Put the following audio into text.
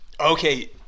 Okay